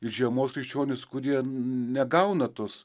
ir žiemos krikščionys kurie negauna tos